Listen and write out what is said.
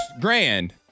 grand